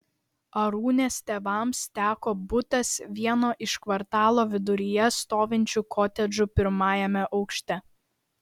arūnės tėvams teko butas vieno iš kvartalo viduryje stovinčių kotedžų pirmajame aukšte